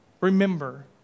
Remember